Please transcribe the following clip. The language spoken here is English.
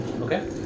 Okay